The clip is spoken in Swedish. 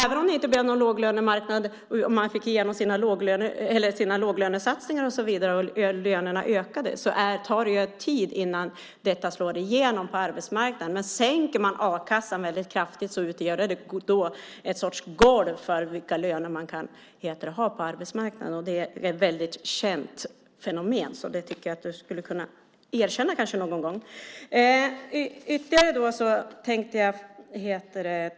Även om det inte blev någon låglönemarknad och man fick igenom sina låglönesatsningar och lönerna ökade tar det ju tid innan detta slår igenom på arbetsmarknaden. Om man sänker a-kassan väldigt kraftigt utgör det någon sorts golv för vilka löner man kan ha på arbetsmarknaden. Det är ett känt fenomen. Det kanske du skulle kunna erkänna någon gång.